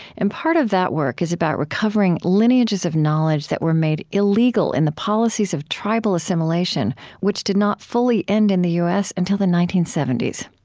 and part of that work is about recovering lineages of knowledge that were made illegal in the policies of tribal assimilation which did not fully end in the u s. until the nineteen seventy s.